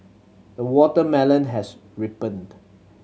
the watermelon has ripened